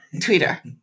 Twitter